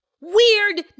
weird